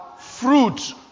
fruit